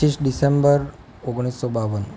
પચીસ ડિસેમ્બર ઓગણીસસો બાવન